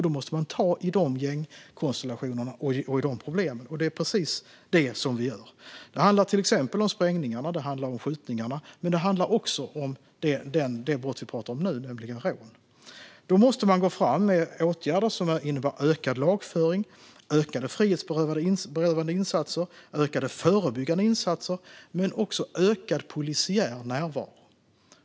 Då måste man ta tag i de gängkonstellationerna och de problemen, och det är precis det vi gör. Det handlar till exempel om sprängningarna och om skjutningarna, men det handlar också om det brott vi pratar om nu, nämligen rån. Här måste man gå fram med åtgärder som innebär ökad lagföring, ökade frihetsberövande insatser och ökade förebyggande insatser, men också ökad polisiär närvaro.